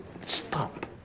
Stop